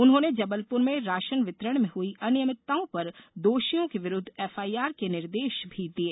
उन्होंने जबलपुर में राशन वितरण में हुई अनियमितताओं पर दोषियों के विरूद्व एफआईआर के निर्देश भी दिये